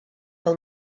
fel